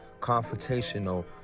confrontational